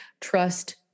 Trust